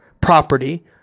property